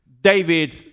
David